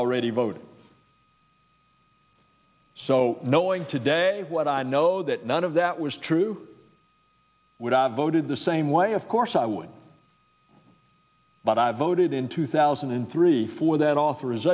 already voted so knowing today what i know that none of that was true would have voted the same way of course i would but i voted in two thousand and three for that